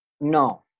No